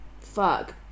fuck